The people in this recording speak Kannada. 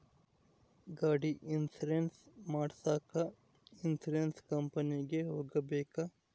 ಗಾಡಿ ಇನ್ಸುರೆನ್ಸ್ ಮಾಡಸಾಕ ಇನ್ಸುರೆನ್ಸ್ ಕಂಪನಿಗೆ ಹೋಗಬೇಕಾ?